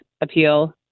appeal